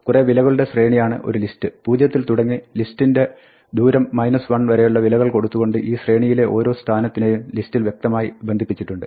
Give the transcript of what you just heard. കുറെ വിലകളുടെ ശ്രേണിയാണ് ഒരു ലിസ്റ്റ് 0 ത്തിൽ തുടങ്ങി ലിസ്റ്റിന്റെ ദൂരം 1 വരെയുള്ള വിലകൾ കൊടുത്തുകൊണ്ട് ഈ ശ്രേണിയിലെ ഓരോ സ്ഥാനത്തിനെയും ലിസ്റ്റിൽ വ്യക്തമായി ബന്ധിപ്പിച്ചിട്ടുണ്ട്